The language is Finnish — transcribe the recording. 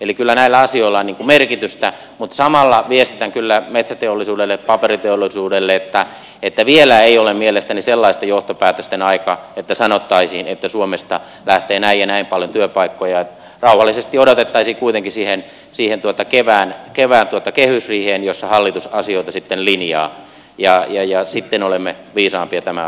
eli kyllä näillä asioilla on merkitystä mutta samalla viestitän kyllä metsäteollisuudelle ja paperiteollisuudelle että vielä ei ole mielestäni sellaisten johtopäätösten aika että sanottaisiin että suomesta lähtee näin ja näin paljon työpaikkoja vaan rauhallisesti odotettaisiin kuitenkin siihen kevään kehysriiheen jossa hallitus asioita linjaa ja sitten olemme viisaampia tämän asian osalta